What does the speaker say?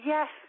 Yes